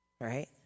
right